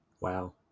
Wow